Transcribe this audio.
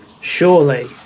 surely